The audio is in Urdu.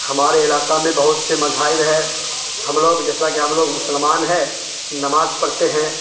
ہمارے علاقہ میں بہت سے مذاہب ہے ہم لوگ جیسا کہ ہم لوگ مسلمان ہے نماز پڑھتے ہیں